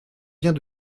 vient